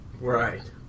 Right